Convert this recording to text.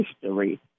history